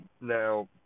Now